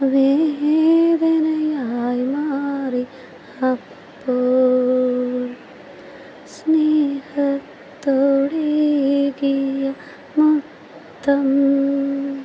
വേദനയായി മാറി അപ്പോൾ സ്നേഹത്തോടെ ഏകിയ മുത്തം